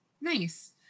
nice